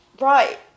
Right